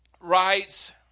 writes